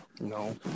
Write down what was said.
No